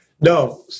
no